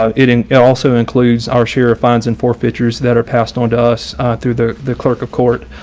um it and it also includes our sheriff fines and forfeitures that are passed on to us through the the clerk of court.